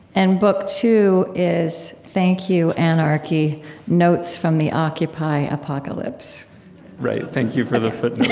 and book two is thank you, anarchy notes from the occupy apocalypse right. thank you for the footnote.